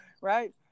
Right